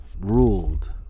ruled